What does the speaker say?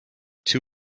two